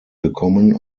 gekommen